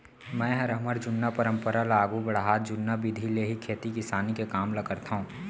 मैंहर हमर जुन्ना परंपरा ल आघू बढ़ात जुन्ना बिधि ले ही खेती किसानी के काम ल करथंव